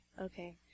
Okay